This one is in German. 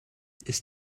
ist